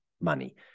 money